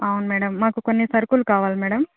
అవును మేడం మాకు కొన్ని సరుకులు కావాలి మేడం